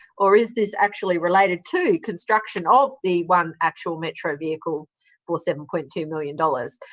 or is this actually related to construction of the one actual metro vehicle for seven point two million dollars?